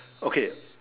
okay